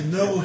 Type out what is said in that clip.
no